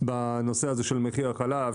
בנושא הזה של מחיר החלב,